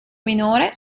minore